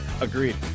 Agreed